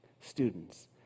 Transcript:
students